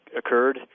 occurred